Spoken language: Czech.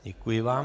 Děkuji vám.